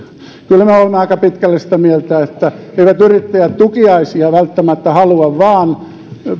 kyllä me olemme aika pitkälle sitä mieltä että eivät yrittäjät tukiaisia välttämättä halua vaan